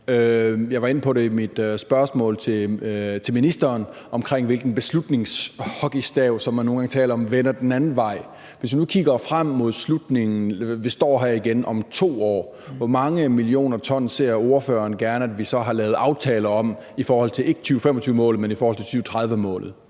Jeg var inde på det i mit spørgsmål til ministeren, altså omkring hvilken beslutningshockeystav, som man nu nogle gange taler om, og som vender den anden vej. Hvis vi nu kigger frem mod slutningen og vi står her igen om 2 år, hvor mange millioner t ser ordføreren gerne, at vi så har lavet aftaler om? Ikke i forhold til 2025-målet, men i forhold til 2030-målet.